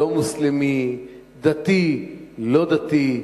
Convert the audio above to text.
לא מוסלמי, דתי, לא דתי.